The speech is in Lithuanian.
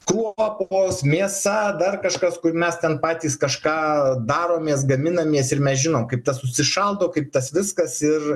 kruopos mėsa dar kažkas kur mes ten patys kažką daromės gaminamės ir mes žinom kaip tas užsišaldo kaip tas viskas ir